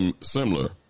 similar